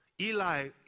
Eli